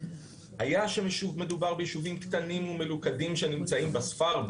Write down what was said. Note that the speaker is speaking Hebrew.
היה שמדובר ביישובים קטנים ומלוכדים שנמצאים בספר,